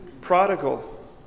prodigal